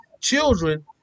children